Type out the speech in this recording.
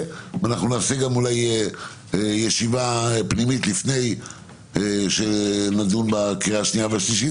אולי נעשה ישיבה פנימית לפני שנדון בקריאה השנייה והשלישית.